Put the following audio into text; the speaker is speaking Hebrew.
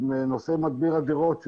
עם נושא מדביר הדירות,